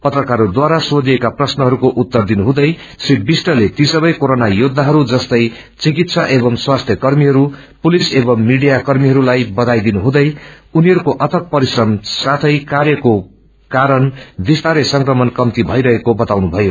फत्रकारहरूढारा सोषिएका प्रश्नहरूको उत्तर दिनुहुँदै श्री विष्टते ती सबै कोरोना योद्धाहरू जस्तै चिकित्सा एवमू स्वास्थ्य कर्मीहरू पुलिस एवमू मीडिया कर्मीहरूलाई बघाई दिनुहुँदै उनीहरूको अर्थक परिश्रम साथै काव्रको कारण विस्तारै संक्रमण कम्ती भइरहेको बताउनुभयो